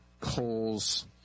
coals